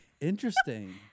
Interesting